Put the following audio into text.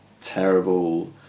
terrible